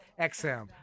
XM